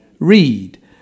Read